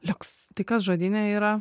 liuks tai kas žodyne yra